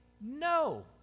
no